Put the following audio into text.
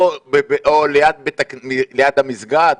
או ליד המסגד,